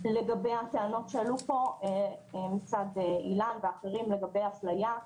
לגבי הטענות שעלו פה מצד איל"ן ואחרים על אפליה,